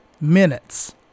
minutes